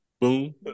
boom